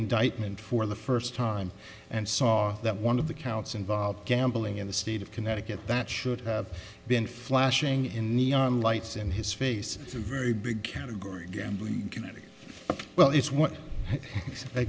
indictment for the first time and saw that one of the counts involved gambling in the state of connecticut that should have been flashing in neon lights in his face a very big category gambling community well it's